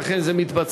אכן זה מתבצע,